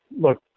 look